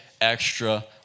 extra